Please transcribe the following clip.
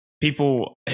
people